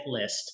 list